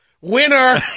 Winner